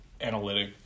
analytic